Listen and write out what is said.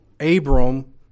Abram